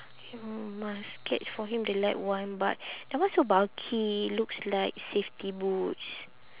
mm must get for him the light one but that one so bulky looks like safety boots